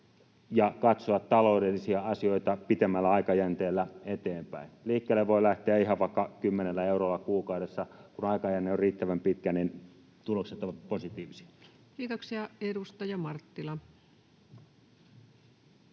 ja katsoa taloudellisia asioita pitemmällä aikajänteellä eteenpäin. Liikkeelle voi lähteä ihan vaikka kymmenellä eurolla kuukaudessa. Kun aikajänne on riittävän pitkä, niin tulokset ovat positiivisia. [Speech 149]